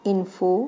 Info